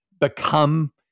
become